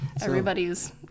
Everybody's